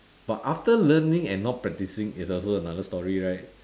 but after learning and not practising it's also another story right